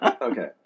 Okay